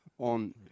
On